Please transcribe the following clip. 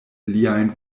liajn